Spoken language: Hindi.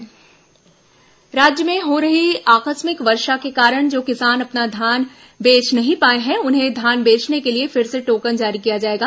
धान खरीदी राज्य में हो रही आकस्मिक वर्षा के कारण जो किसान अपना धान नही बेच पाए हैं उन्हें धान बेचने के लिए फिर से टोकन जारी किया जाएगा